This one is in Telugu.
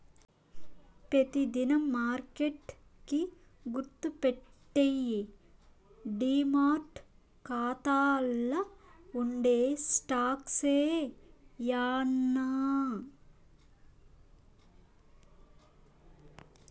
పెతి దినం మార్కెట్ కి గుర్తుపెట్టేయ్యి డీమార్ట్ కాతాల్ల ఉండే స్టాక్సే యాన్నా